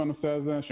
הרבה פעמים,